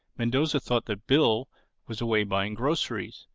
mendoza thought that bill was away buying groceries.